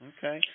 Okay